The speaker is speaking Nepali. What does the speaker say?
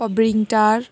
पब्रिङटार